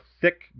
thick